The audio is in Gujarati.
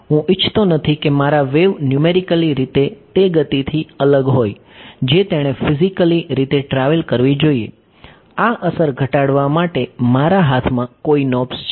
હું ઇચ્છતો નથી કે મારા વેવ ન્યૂમેરિકલી રીતે તે ગતિથી અલગ હોય જે તેણે ફિઝિકલી રીતે ટ્રાવેલ કરવી જોઈએ આ અસર ઘટાડવા માટે મારા હાથમાં કોઈ નોબ્સ છે